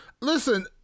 Listen